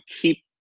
keep